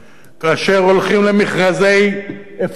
כאשר הולכים למכרזי הפסד,